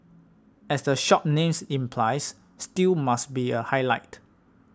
as the shop's name implies stew must be a highlight